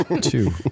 Two